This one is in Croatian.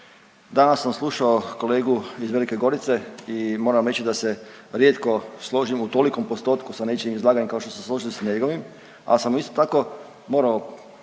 Danas sam slušao kolegu iz Velike Gorice i moram reći da se rijetko složim u tolikom postotku sa nečijim izlaganjem kao što sam se složio sa njegovim, ali sam isto tako morao